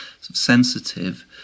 sensitive